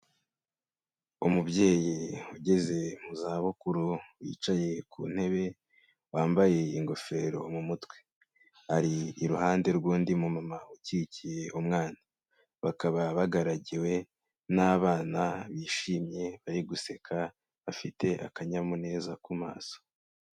Umubyeyi ugeze mu zabukuru, wicaye ku ntebe, wambaye ingofero mu mutwe. Ari iruhande rw'undi mumama ukikiye umwana. Bakaba baragaragiwe n'abana bishimye, bari guseka, bafite akanyamuneza ku maso.